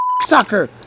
sucker